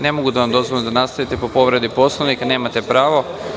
Ne mogu da vam dozvolim da nastavite po povredi Poslovnika, nemate pravo.